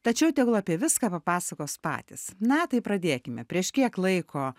tačiau tegul apie viską papasakos patys na tai pradėkime prieš kiek laiko